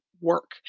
work